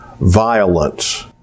violence